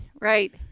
Right